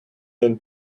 when